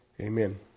Amen